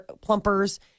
plumpers